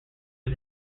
his